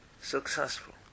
successful